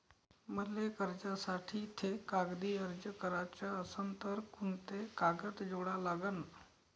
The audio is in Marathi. मले कर्जासाठी थे कागदी अर्ज कराचा असन तर कुंते कागद जोडा लागन?